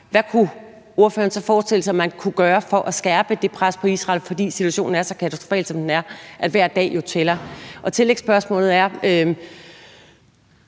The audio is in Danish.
hvad kunne ordføreren så forestille sig man kunne gøre for at skærpe det pres på Israel, fordi situationen er så katastrofal, som den er? Hver dag tæller jo. Tillægsspørgsmålet er: